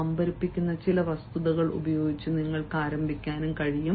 അമ്പരപ്പിക്കുന്ന ചില വസ്തുതകൾ ഉപയോഗിച്ച് നിങ്ങൾക്ക് ആരംഭിക്കാനും കഴിയും